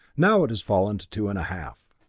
now it has fallen to two and a half.